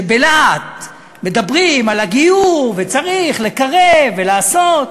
שבלהט מדברים על הגיור, שצריך לקרב ולעשות,